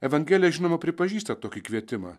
evangelija žinoma pripažįsta tokį kvietimą